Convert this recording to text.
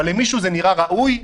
אבל למישהו זה נראה ראוי?